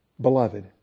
beloved